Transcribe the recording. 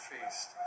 Feast